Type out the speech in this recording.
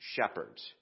Shepherds